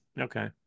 okay